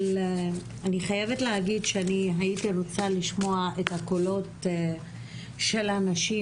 אני חייבת להגיד את הקולות של הנשים